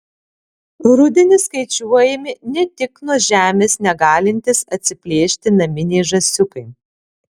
rudenį skaičiuojami ne tik nuo žemės negalintys atsiplėšti naminiai žąsiukai